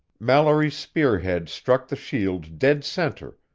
mallory's spearhead struck the shield dead center,